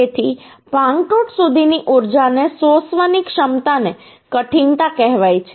તેથી ભાંગતૂટ સુધીની ઊર્જાને શોષવાની ક્ષમતાને કઠિનતા કહેવાય છે